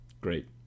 Great